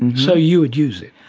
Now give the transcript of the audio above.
and so you would use it?